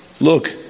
Look